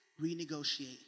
renegotiate